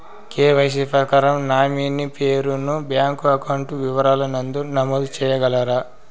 KYC ప్రకారం nominee పేరు ను బ్యాంకు అకౌంట్ వివరాల నందు నమోదు సేయగలరా?